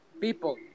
People